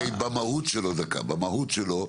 במהות שלו,